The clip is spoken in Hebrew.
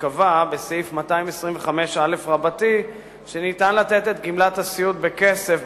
שקבע בסעיף 225א שניתן לתת את גמלת הסיעוד בכסף,